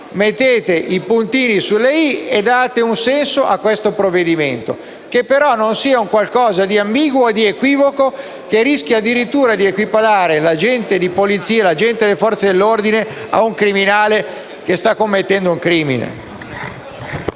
mettete i puntini sulle i e date un senso a questo provvedimento che non deve essere un qualcosa di ambiguo o di equivoco che rischia addirittura di equiparare l'agente di polizia, un rappresentante delle Forze dell'ordine a un criminale che sta commettendo un crimine.